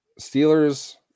Steelers